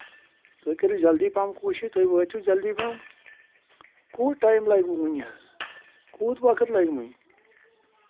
تُہۍ کٔرِو جلدی پَہم کوٗشِش تُہۍ وٲتِو جلدی پَہم کوٗت ٹایم لَگۍوٕ ؤنۍ حظ کوٗت وقت لَگہِ وُنہِ